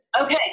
Okay